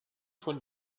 von